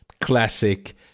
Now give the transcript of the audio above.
classic